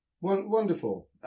Wonderful